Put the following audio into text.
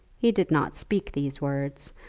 he did not speak these words,